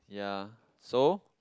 yeah so